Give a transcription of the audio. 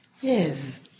Yes